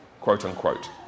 quote-unquote